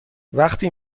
وقتی